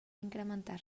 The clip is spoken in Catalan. incrementar